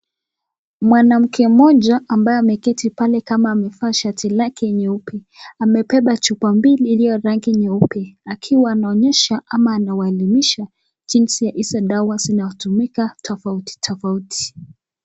Mwanaume mmoja ambaye ameketi pale kama amevaa shati lake nyeupe, amebeba chupa mbili ya rangi nyeupe akiwa anaonyesha ama anawaelimisha jinsi hizo dawa zinatumika tofauti tofauti.